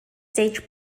stage